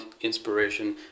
inspiration